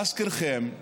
להזכירכם,